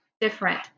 different